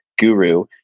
guru